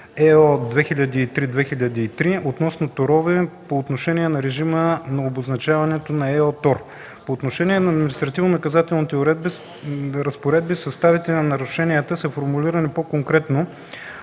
(ЕО) 2003/2003 относно торовете по отношение на режима на обозначаване на „ЕО ТОР”. По отношение на административно-наказателните разпоредби, съставите на нарушенията са формулирани по-конкретно